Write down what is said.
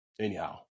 anyhow